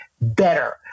better